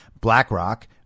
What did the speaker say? BlackRock